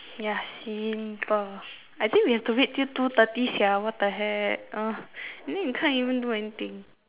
ya simple I think we have to wait till two thirty sia what the heck then we can't even do anything